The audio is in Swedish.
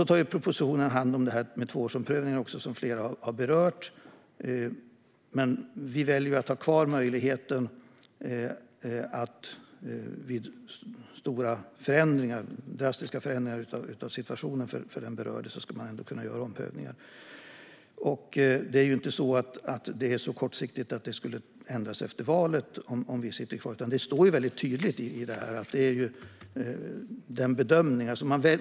Propositionen tar också hand om tvåårsomprövningarna, som flera har berört. Vi väljer att ha kvar möjligheten att kunna göra omprövningar vid drastiska förändringar av situation för den berörde. Det är ju inte så kortsiktigt att det skulle ändras efter valet, om vi sitter kvar, utan det står väldigt tydligt i det här att det är en bedömning.